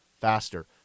faster